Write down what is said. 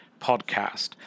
podcast